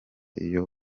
iyo